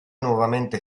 nuovamente